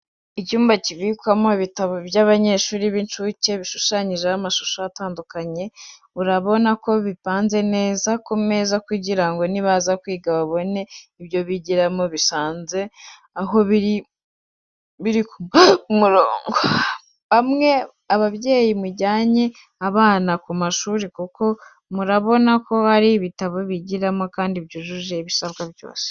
Icyumba kibikwamo ibitabo byabanyeshuri b'incuke bishushanyijeho amashusho atandukanye, urabona ko bipanze neza ku meza kugira ngo nibaza kwiga babone ibyo bigiramo babisanze aho biri biri ku murongo. Namwe babyeyi mujyane abana ku mashuri kuko murabona ko hari bitabo bigiramo kandi byujuje ibisabwa byose.